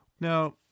Now